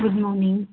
good morning